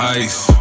ice